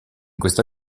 questa